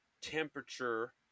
temperature